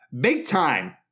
big-time